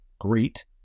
great